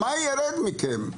מה ירד מכם?